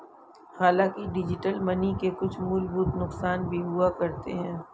हांलाकि digital money के कुछ मूलभूत नुकसान भी हुआ करते हैं